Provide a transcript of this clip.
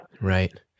Right